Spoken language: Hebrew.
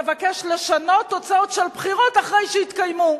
מבקש לשנות תוצאות של בחירות אחרי שהתקיימו.